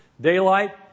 daylight